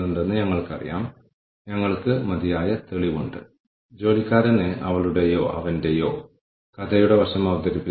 എന്നിട്ട് നമ്മൾ അവർക്ക് എത്ര പണം കൊടുക്കുന്നു ഇക്കാര്യത്തിൽ അവരുടെ പ്രചോദനം എത്രമാത്രം എന്നിവ നോക്കുന്നു